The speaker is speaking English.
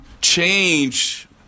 change